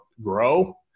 grow